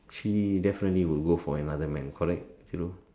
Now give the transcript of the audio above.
she definitely will go for another man correct you know